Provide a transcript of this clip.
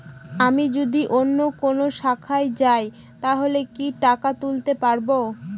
আমি যদি অন্য কোনো শাখায় যাই তাহলে কি টাকা তুলতে পারব?